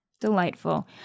Delightful